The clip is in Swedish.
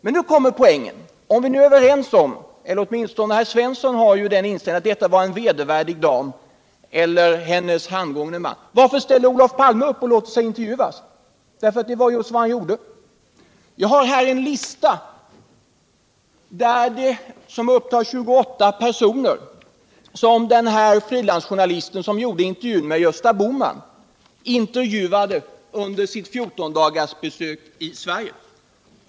Men nu kommer poängen: Om den här damen eller rättare sagt hennes handgångne man är så vedervärdig — åtminstone har ju Olle Svensson den inställningen — varför ställde då Olof Palme upp och lät sig intervjuas? Det var nämligen just vad han gjorde. Jag har här en lista, upptagande 28 personer som den här frilansjournalisten, som gjorde intervjun med Gösta Bohman, intervjuade under sitt 14 dagars besök i Sverige.